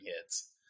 hits